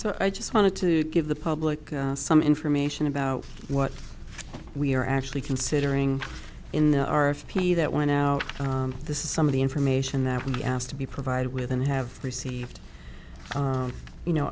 so i just wanted to give the public some information about what we're actually considering in the r f p that went out and this is some of the information that we asked to be provided with and have received you know